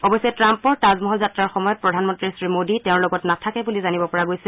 অৱশ্যে ট্ৰাম্পৰ তাজমহল যাত্ৰাৰ সময়ত প্ৰধানমন্ত্ৰী শ্ৰীমোদী তেওঁৰ লগত নাথাকে বুলি জানিব পৰা গৈছে